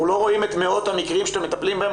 אנחנו לא רואים את מאות המקרים שאתם מטפלים בהם,